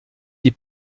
die